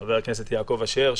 חבר הכנסת יעקב אשר,